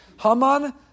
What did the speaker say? Haman